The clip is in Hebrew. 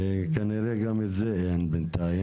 וכנראה גם את זה אין בינתיים.